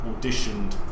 auditioned